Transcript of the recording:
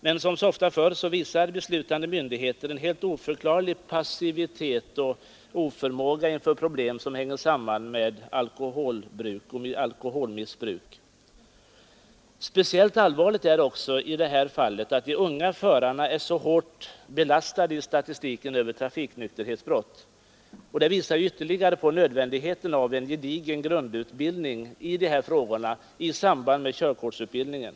Men som så ofta förr visar de beslutande myndigheterna en helt oförklarlig passivitet och oförmåga inför problem som hänger samman med alkoholmissbruk. Speciellt allvarligt är det också att de unga förarna är så hårt belastade i statistiken över trafiknykterhetsbrott. Det visar ytterligare på nödvändigheten av en gedigen grundutbildning i dessa frågor i samband med körkortsutbildningen.